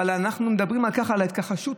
אבל אנחנו מדברים על ההתכחשות,